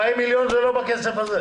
40 מיליון, זה לא בכסף הזה.